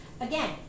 Again